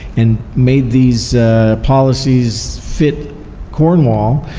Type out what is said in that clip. and made these policies fit cornwall.